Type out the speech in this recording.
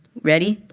ready?